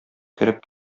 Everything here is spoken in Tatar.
кереп